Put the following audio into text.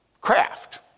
Craft